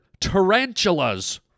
tarantulas